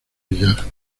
billar